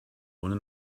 ohne